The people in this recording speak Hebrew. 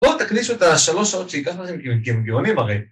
בואו תכניסו את השלוש שעות שהגענו אליהם כי הם גאונים הרי.